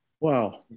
Wow